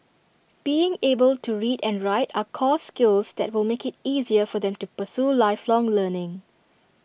being able to read and write are core skills that will make IT easier for them to pursue lifelong learning